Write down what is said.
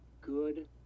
good